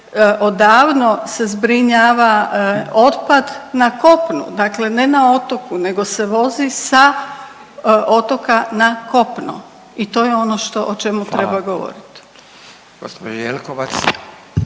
odavno se zbrinjava otpad na kopnu, dakle ne na otoku, nego se vozi sa otoka na kopno i to je ono što, o čemu treba govoriti. **Radin, Furio (Nezavisni)** Hvala.